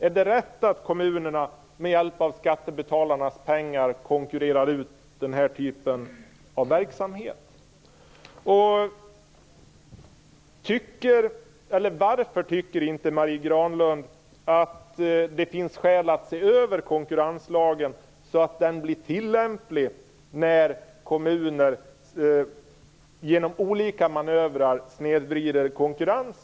Är det rätt att kommunerna med hjälp av skattebetalarnas pengar konkurrerar ut den här typen av verksamhet? Varför tycker inte Marie Granlund att det finns skäl att se över konkurrenslagen, så att den blir tilllämplig när kommuner genom olika manövrer snedvrider konkurrensen?